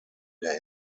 der